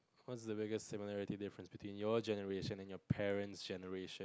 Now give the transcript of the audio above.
what is the biggest similarity difference between your generation and your parents' generation